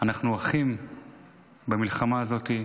אנחנו אחים במלחמה הזאת,